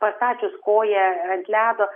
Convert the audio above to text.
pastačius koją ant ledo